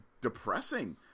depressing